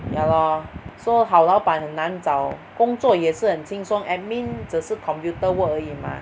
ya lor so 好老板很难找工作也是很轻松 admin 只是 computer work 而已 mah